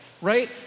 right